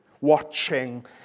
watching